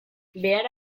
behar